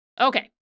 Okay